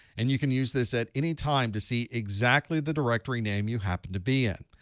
and you can use this at any time to see exactly the directory name you happen to be in.